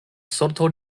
sorto